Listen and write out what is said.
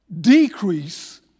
decrease